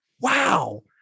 wow